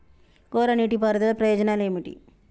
కోరా నీటి పారుదల ప్రయోజనాలు ఏమిటి?